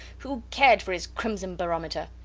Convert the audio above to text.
who cared for his crimson barometer?